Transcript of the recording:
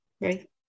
right